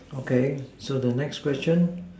okay so the next question